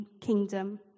kingdom